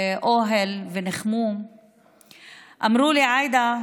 באוהל וניחמו אמרו לי: עאידה,